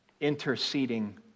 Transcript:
interceding